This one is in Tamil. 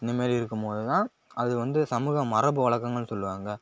இந்த மாதிரி இருக்கும் போது தான் அது வந்து சமூகம் மரபு வழக்கங்கள்னு சொல்லுவாங்க